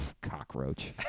Cockroach